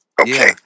Okay